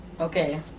Okay